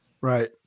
Right